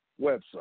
website